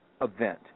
event